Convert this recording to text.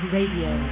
Radio